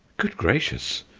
good gracious!